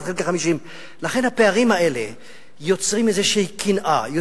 1 חלקי 50. לכן הפערים האלה יוצרים איזושהי קנאה,